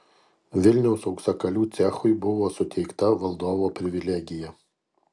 vilniaus auksakalių cechui buvo suteikta valdovo privilegija